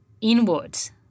inwards